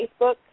Facebook